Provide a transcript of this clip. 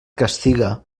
castiga